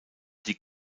die